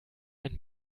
ein